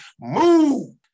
move